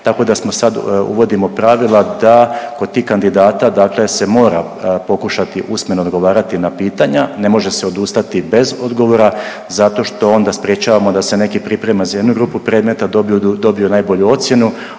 tako da smo sad, uvodimo pravila da kod tih kandidata, dakle se mora pokušati usmeno odgovarati na pitanja, ne može se odustati bez odgovora zato što onda sprečavamo da se neki pripremaju za jednu grupu predmeta, a dobiju najbolju ocjenu,